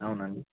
అవునా అండి